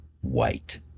white